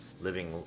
living